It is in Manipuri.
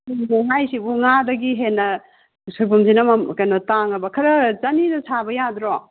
ꯀꯩꯅꯣ ꯍꯥꯏꯁꯤꯕꯣ ꯉꯥꯗꯒꯤ ꯍꯦꯟꯅ ꯁꯣꯏꯕꯨꯝꯁꯤꯅ ꯃꯃꯟ ꯀꯩꯅꯣ ꯇꯥꯡꯉꯕ ꯈꯔ ꯆꯅꯤꯗ ꯁꯥꯕ ꯌꯥꯗ꯭ꯔꯣ